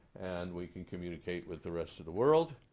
and we can communicate with the rest of the world.